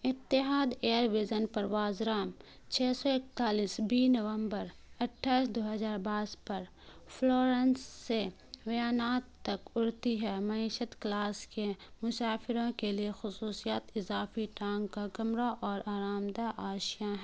اتحاد ایئر وزن پروازران چھ سو اکتالیس بی نومبر اٹھائس دو ہزار بائس پر فلورنس سے ویاناک تک اڑتی ہے معیشت کلاس کے مسافروں کے لیے خصوصیت اضافی ٹانگ کا کمرہ اور آرام دہ آشیاں ہے